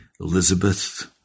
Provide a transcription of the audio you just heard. Elizabeth